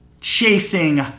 chasing